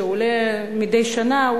שעולה מדי שנה,